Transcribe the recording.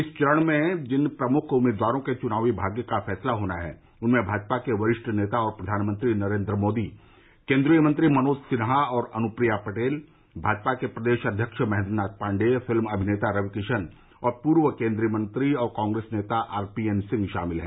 इस चरण से जिन प्रमुख उम्मीदवारों के चुनावी भाग्य का फैसला होना है उनमें भाजपा के वरिष्ठ नेता और प्रधानमंत्री नरेन्द्र मोदी केन्द्रीय मंत्री मनोज सिन्हा और अनुप्रिया पटेल भाजपा के प्रदेश अध्यक्ष महेन्द्र नाथ पाण्डेय फिल्म अभिनेता रवि किशन और पूर्व केन्द्रीय मंत्री और कॉप्रेस नेता आरपीएन सिंह शामिल हैं